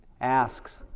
asks